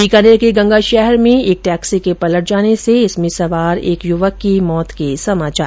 बीकानेर के गंगाशहर में एक टैक्सी के पलट जाने से इसमें सवार एक युवक की मौत हो गई